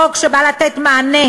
חוק שבא לתת מענה